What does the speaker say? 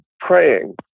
praying